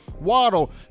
Waddle